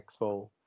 Expo